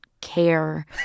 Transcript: care